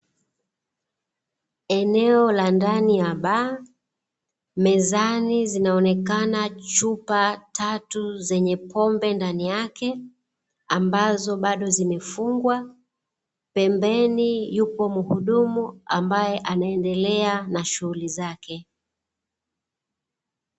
Eneo la ndani ya baa, mezani zinaonekana chupa tatu zenye pombe ndani yake, ambazo bado zimefungwa, pembeni yupo mhudumu ambae anaendelea na shughuli zake.